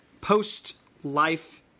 Post-life